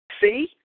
See